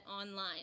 online